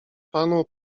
panu